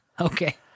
Okay